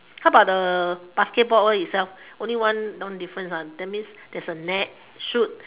how about the basketball all itself only one one difference ah that means there is a net shoot